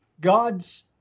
God's